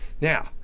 Now